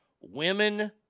Women